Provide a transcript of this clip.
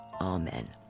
Amen